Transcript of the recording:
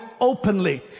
openly